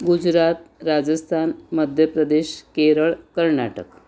Gujarat Rajasthan Madhya Pradesh Kerala Karnataka